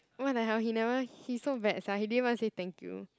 what the hell he never he so bad sia he didn't even say thank you